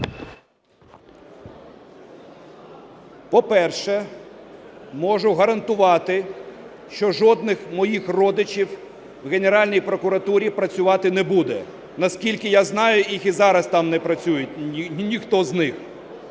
По-перше, можу гарантувати, що жодних моїх родичів в Генеральній прокуратурі працювати не буде, наскільки я знаю, їх і зараз там... не працюють ніхто з них.